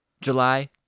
July